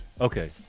Okay